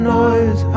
noise